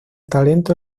talento